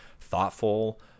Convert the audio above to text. thoughtful